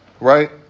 right